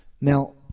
Now